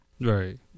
Right